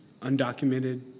Undocumented